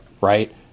right